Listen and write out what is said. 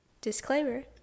disclaimer